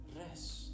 rest